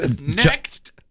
Next